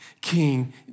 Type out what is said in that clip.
King